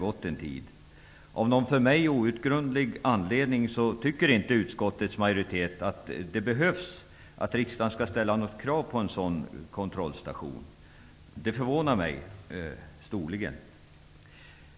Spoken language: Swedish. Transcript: Av någon för mig outgrundlig anledning tycker inte utskottets majoritet att det är nödvändigt att riksdagen skall ställa krav på en sådan kontrollstation. Det förvånar mig storligen.